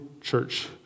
church